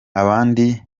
abandi